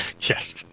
Yes